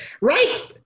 Right